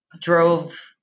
drove